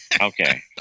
okay